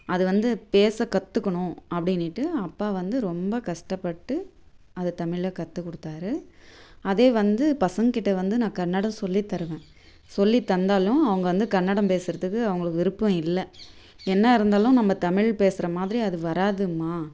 அது வந்து பேச கற்றுக்கணும் அப்படினிட்டு அப்பா வந்து ரொம்ப கஷ்டப்பட்டு அது தமிழை கற்றுக் கொடுத்தாரு அதே வந்து பசங்கள் கிட்டே வந்து நான் கன்னடம் சொல்லித்தருவேன் சொல்லித்தந்தாலும் அவங்க வந்து கன்னடம் பேசுகிறதுக்கு அவங்களுக்கு விருப்பம் இல்லை என்ன இருந்தாலும் நம்ம தமிழ் பேசுகிற மாதிரி அது வராதும்மா